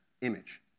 image